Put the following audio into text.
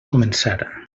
començar